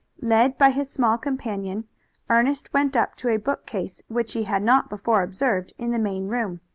led by his small companion ernest went up to a bookcase which he had not before observed in the main room.